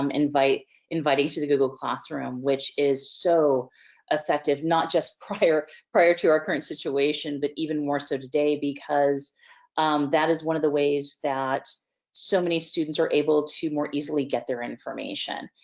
um invite invite into the google classroom which is so effective not just prior prior to our current situation but even more so today because that is one of the ways that so many students are able to more easily get their information.